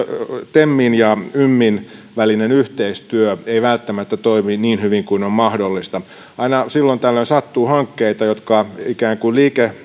temin ja ymin välinen yhteistyö ei välttämättä toimi niin hyvin kuin on mahdollista aina silloin tällöin sattuu hankkeita jotka ikään kuin